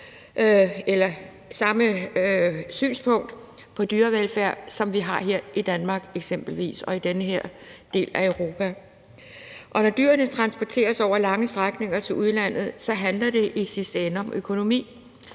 det samme synspunkt på dyrevelfærd, som vi eksempelvis har her i Danmark og i den her del af Europa. Når dyrene transporteres over lange strækninger til udlandet, handler det i sidste ende om økonomi,